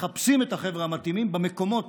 מחפשים את החבר'ה המתאימים במקומות